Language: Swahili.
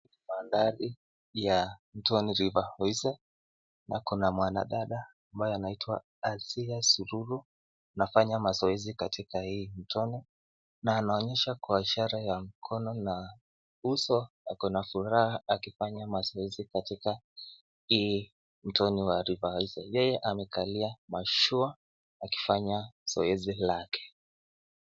Mandhari ya mtoni river Oise na kuna mwanadada anayeitwa Asiya Sururu, anafanya mazoezi katika hii mtoni na anaonyesha kwa ishara ya mkono na uso ako na furaha akifanya mazoezi katika hii mtoni wa river Oise, yeye amekalia mashua akifanya zoezi lake.